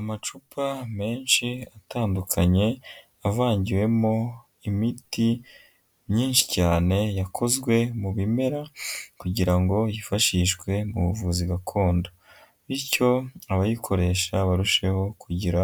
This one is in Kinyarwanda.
Amacupa menshi atandukanye avangiwemo imiti myinshi cyane yakozwe mu bimera kugira ngo yifashishwe mu buvuzi gakondo. Bityo abayikoresha barusheho kugira